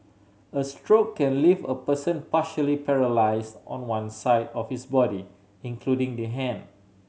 a stroke can leave a person partially paralysed on one side of his body including the hand